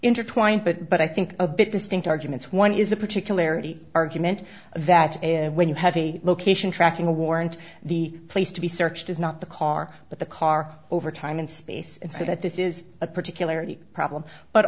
intertwined but but i think a bit distinct arguments one is the particularities argument that when you have a location tracking a warrant the place to be searched is not the car but the car over time and space and so that this is a particular problem but